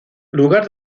lugar